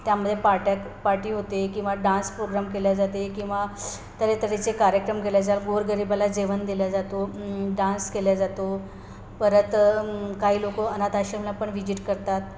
त्यामध्ये पाट्या पार्टी होते किंवा डान्स प्रोग्राम केल्या जाते किंवा तऱ्हेतऱ्हेचे कार्यक्रम केल्या जात गोरगरिबाला जेवण दिल्या जातो डान्स केल्या जातो परत काही लोकं अनाथ आश्रमला पण विजिट करतात